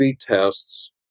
tests